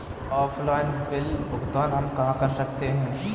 Offline bill भुगतान हम कहां कर सकते हैं?